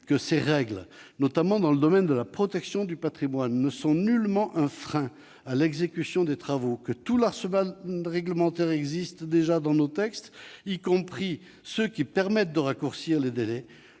que ces règles, notamment dans le domaine de la protection du patrimoine, ne sont nullement un frein à l'exécution des travaux, que tout l'arsenal réglementaire existe déjà dans nos textes, y compris la possibilité de raccourcir les délais,